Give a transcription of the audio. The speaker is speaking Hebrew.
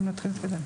הארצית.